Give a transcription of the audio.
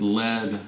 led